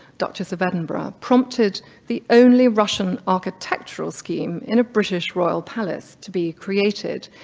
duchess of edinburgh prompted the only russian architectural scheme in a british royal palace to be created.